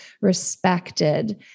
respected